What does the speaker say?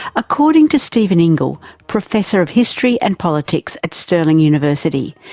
according to stephen ingle, professor of history and politics at sterling university,